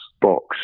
box